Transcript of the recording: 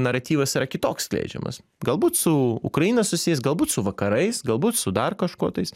naratyvas yra kitoks skleidžiamas galbūt su ukraina susijęs galbūt su vakarais galbūt su dar kažko tais